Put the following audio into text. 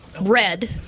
red